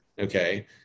Okay